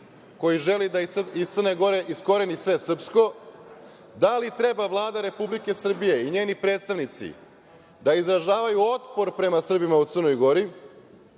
koji želi da iz Crne Gore iskoreni sve srpsko, da li treba Vlada Republike Srbije i njeni predstavnici da izražavaju otpor prema Srbima u Crnoj Gori